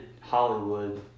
Hollywood